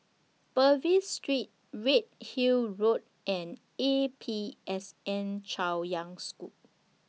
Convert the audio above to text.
Purvis Street Redhill Road and A P S N Chaoyang School